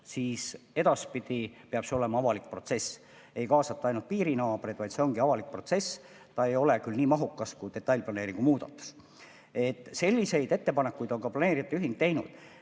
siis edaspidi peab see olema avalik protsess. Ei kaasata ainult piirinaabreid, vaid see ongi avalik protsess. See ei ole küll nii mahukas kui detailplaneeringu muudatus. Selliseid ettepanekuid on ka planeerijate ühing teinud. Ma